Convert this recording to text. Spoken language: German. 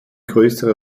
größere